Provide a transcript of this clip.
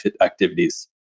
activities